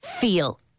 feel